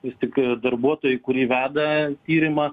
vis tik darbuotojai kurie veda tyrimą